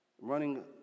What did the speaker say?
Running